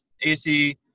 ac